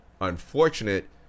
unfortunate